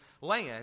land